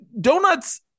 donuts